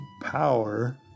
power